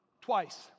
Twice